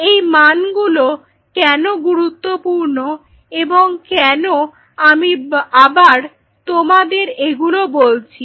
এই মান গুলো কেন গুরুত্বপূর্ণ এবং কেন আমি আবার তোমাদের এগুলো বলছি